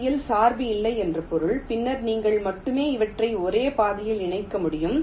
ஜியில் சார்பு இல்லை என்று பொருள் பின்னர் நீங்கள் மட்டுமே அவற்றை ஒரே பாதையில் இணைக்க முடியும்